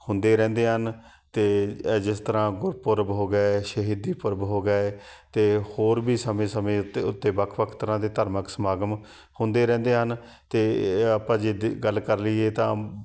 ਹੁੰਦੇ ਰਹਿੰਦੇ ਹਨ ਅਤੇ ਜਿਸ ਤਰ੍ਹਾਂ ਗੁਰਪੁਰਬ ਹੋ ਗਏ ਸ਼ਹੀਦੀ ਪੁਰਬ ਹੋ ਗਏ ਅਤੇ ਹੋਰ ਵੀ ਸਮੇਂ ਸਮੇਂ ਉੱਤੇ ਉੱਤੇ ਵੱਖ ਵੱਖ ਤਰ੍ਹਾਂ ਦੇ ਧਾਰਮਿਕ ਸਮਾਗਮ ਹੁੰਦੇ ਰਹਿੰਦੇ ਹਨ ਅਤੇ ਏ ਆਪਾਂ ਜਿੱਦਾਂ ਗੱਲ ਕਰ ਲਈਏ ਤਾਂ